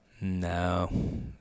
No